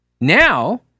now